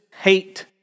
hate